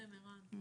נכון?